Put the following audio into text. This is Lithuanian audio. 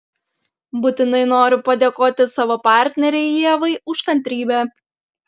būtinai noriu padėkoti savo partnerei ievai už kantrybę